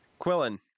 Quillen